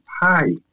hi